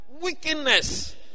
Wickedness